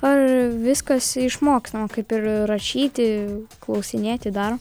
ar viskas išmokstama kaip ir rašyti klausinėti dar